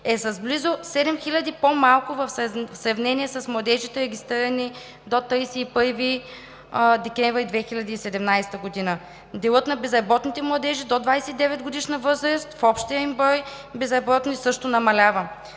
е с близо 7 хиляди по-малко в сравнение с младежите, регистрирани до 31 декември 2017 г. Делът на безработните младежи до 29-годишна възраст в общия им брой безработни също намалява